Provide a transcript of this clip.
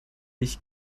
nicht